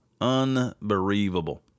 Unbelievable